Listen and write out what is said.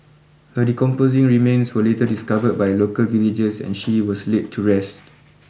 her decomposing remains were later discovered by local villagers and she was laid to rest